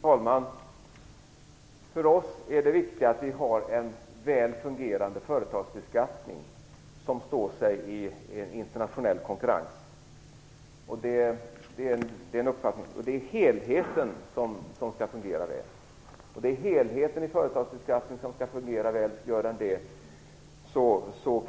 Fru talman! För oss socialdemokrater är det viktiga att vi har en väl fungerade företagsbeskattning som står sig i en internationell konkurrens. Det är helheten i företagsbeskattningen som skall fungera väl. Gör den det